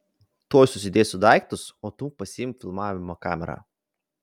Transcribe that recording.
tuoj susidėsiu daiktus o tu pasiimk filmavimo kamerą